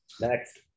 Next